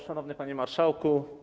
Szanowny Panie Marszałku!